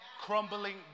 crumbling